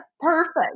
perfect